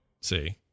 see